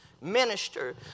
minister